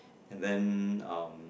and then um